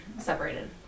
separated